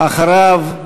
אחריו,